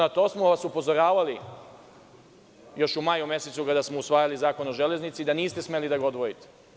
Na to smo vas upozoravali još u maju mesecu, kada smo usvajali Zakon o železnici, da niste smeli da ga odvojite.